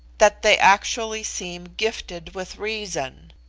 that they actually seem gifted with reason.